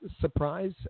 surprise